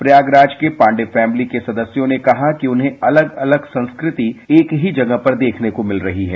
प्रयागराज के पाण्डेय फोमिली के सदस्यों ने कहा कि उन्हें अलग अलग संस्कृति एक ही जगह पर देखने को मिल रही है